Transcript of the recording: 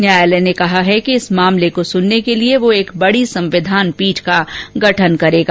न्यायालय ने कहा है कि इस मामले को सुनने के लिए वह एक बड़ी संविधान पीठ का गठन करेगा